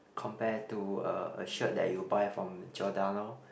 compare to a a shirt that you buy from Giordano